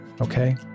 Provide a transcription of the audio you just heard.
okay